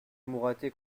mouratet